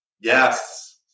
yes